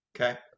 okay